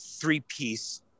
three-piece